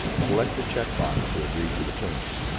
select the checkbox to agree to the terms,